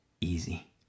easy